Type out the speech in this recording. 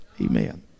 Amen